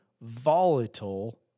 volatile